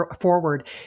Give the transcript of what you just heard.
Forward